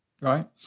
right